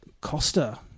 Costa